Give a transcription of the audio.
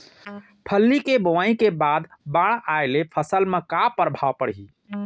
फल्ली के बोआई के बाद बाढ़ आये ले फसल मा का प्रभाव पड़ही?